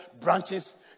branches